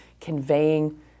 conveying